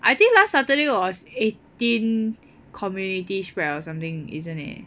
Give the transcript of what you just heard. I think last Saturday was eighteen community spread or something isn't it